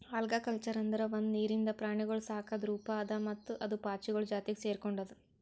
algaculture ಅಂದುರ್ ಒಂದು ನೀರಿಂದ ಪ್ರಾಣಿಗೊಳ್ ಸಾಕದ್ ರೂಪ ಅದಾ ಮತ್ತ ಅದು ಪಾಚಿಗೊಳ್ ಜಾತಿಗ್ ಸೆರ್ಕೊಂಡುದ್